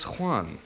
Juan